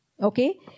Okay